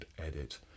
edit